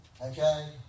Okay